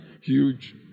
huge